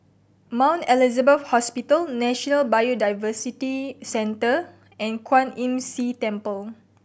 Mount Elizabeth Hospital National Biodiversity Centre and Kwan Imm See Temple